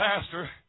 pastor